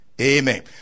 Amen